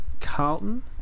Carlton